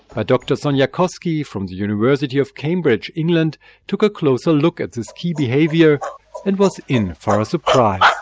ah dr sonjy koski from the university of cambridge, england took a closer look at this key behaviour and was in for a surprise.